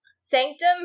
Sanctum